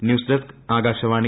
news desk Akashvani